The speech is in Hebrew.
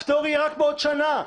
הפטור יהיה רק בעוד שנה.